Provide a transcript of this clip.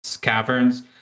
caverns